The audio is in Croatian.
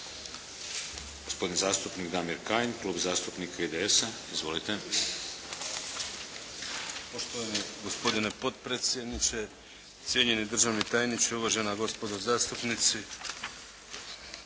Gospodin zastupnik Damir Kajin. Klub zastupnik IDS-a. Izvolite. **Kajin, Damir (IDS)** Poštovani gospodine potpredsjedniče, cijenjeni državni tajniče, uvažena gospodo zastupnici.